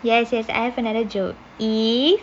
yes yes I have another joke if